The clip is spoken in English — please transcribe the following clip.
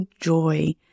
joy